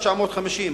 950,